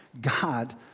God